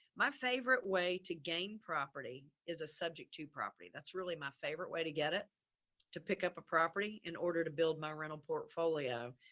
my favorite way to gain property is a subject to property. really my favorite way to get it to pick up a property in order to build my rental portfolio,